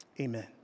amen